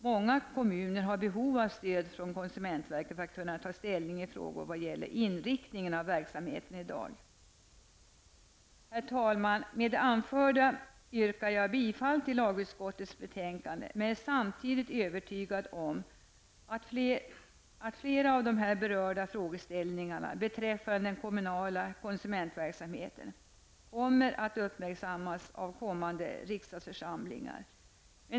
Många kommuner har behov av stöd från konsumenverket för att kunna ta ställning i frågor vad gäller inriktning av verksamheten i dag. Herr talman! Med det anförda yrkar jag bifall till lagutskottets hemställan. Men jag är samtidigt övertygad om att flera av de här berörda frågeställningarna beträffande den kommunala konsumentverksamheten kommer att uppmärksammas av kommande riksdagsförsamlingar.